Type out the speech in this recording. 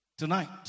Tonight